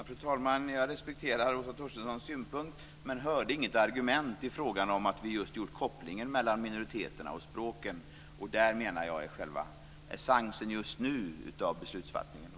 Fru talman! Jag respekterar Åsa Torstenssons synpunkt men hörde inget argument i fråga om att vi just gjort kopplingen mellan minoriteterna och språken. Det menar jag just nu är själva essensen av beslutsfattandet.